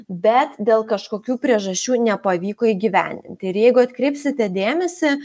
bet dėl kažkokių priežasčių nepavyko įgyvendinti ir jeigu atkreipsite dėmesį